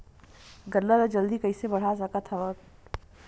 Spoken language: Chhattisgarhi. गन्ना ल जल्दी कइसे बढ़ा सकत हव?